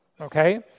okay